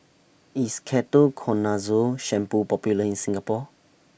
IS Ketoconazole Shampoo Popular in Singapore